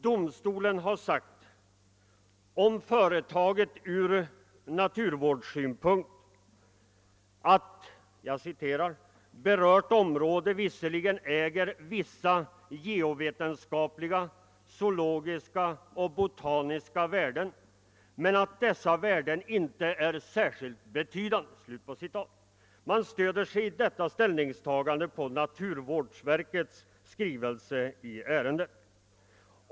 Domstolen har om företaget ur naturvårdssynpunkt sagt att berört område visserligen äger vissa geovetenskapliga, zoologiska och botaniska värden men att dessa värden inte är särskilt betydande. Man stöder sig i detta ställningstagande på naturvårdsverkets skrivelse i ärendet.